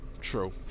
true